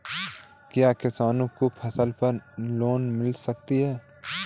क्या किसानों को फसल पर लोन मिल सकता है?